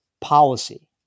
policy